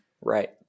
Right